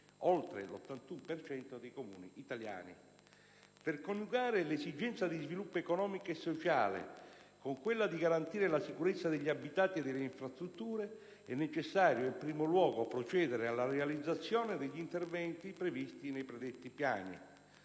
per cento dei Comuni italiani). Per coniugare l'esigenza di sviluppo economico e sociale con quella di garantire la sicurezza degli abitati e delle infrastrutture è necessario, in primo luogo, procedere alla realizzazione degli interventi previsti nei predetti piani.